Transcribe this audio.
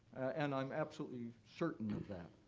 and i'm absolutely certain of that.